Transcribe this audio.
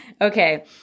Okay